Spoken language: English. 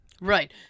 Right